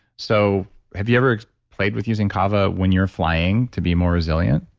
so have you ever played with using kava when you're flying to be more resilient?